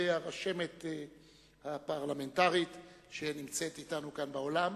הרשמת הפרלמנטרית שנמצאת אתנו כאן באולם,